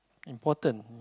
important